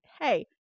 hey